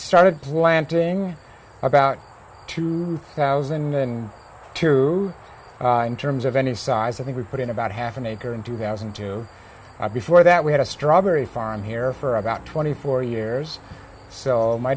started planting about two thousand and two in terms of any size i think we put in about half an acre in two thousand and two before that we had a strawberry farm here for about twenty four years so my